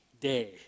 day